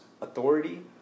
authority